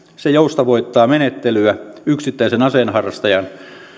se joustavoittaa menettelyä yksittäisen aseenharrastajan